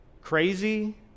crazy